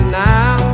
now